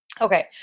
Okay